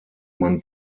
man